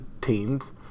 teams